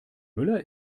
müller